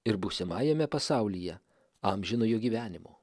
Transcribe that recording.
ir būsimajame pasaulyje amžinojo gyvenimo